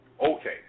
Okay